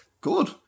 good